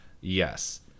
yes